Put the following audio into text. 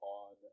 on